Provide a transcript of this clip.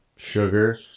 sugar